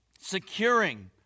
securing